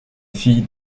fille